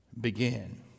begin